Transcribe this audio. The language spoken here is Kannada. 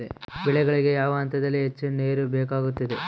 ಬೆಳೆಗಳಿಗೆ ಯಾವ ಹಂತದಲ್ಲಿ ಹೆಚ್ಚು ನೇರು ಬೇಕಾಗುತ್ತದೆ?